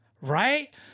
Right